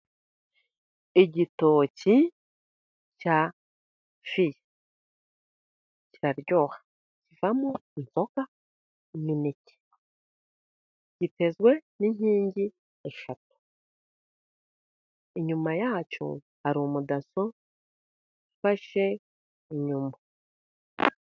Igitoki cya fiya kiraryoha kivamo inzoga, imineke. Gitezwe n'inkingi eshatu inyuma yacyo hari umudaso ufashe inyuma.